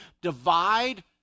divide